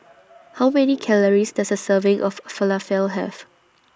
How Many Calories Does A Serving of Falafel Have